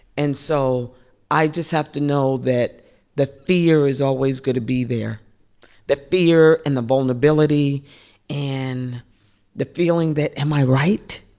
and so i just have to know that the fear is always going to be there the fear and the vulnerability and the feeling that, am i right?